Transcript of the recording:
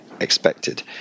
expected